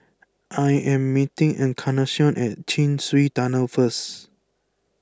I am meeting Encarnacion at Chin Swee Tunnel first